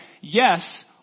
Yes